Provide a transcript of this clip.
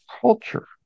culture